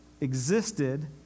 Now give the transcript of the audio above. existed